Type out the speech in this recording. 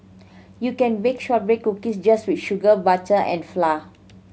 you can bake shortbread cookies just with sugar butter and flour